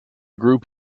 group